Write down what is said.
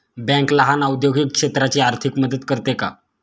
Bank लहान औद्योगिक क्षेत्राची आर्थिक मदत करते का?